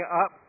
up